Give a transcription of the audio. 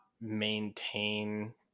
maintain